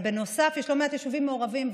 בנוסף יש לא מעט יישובים מעורבים,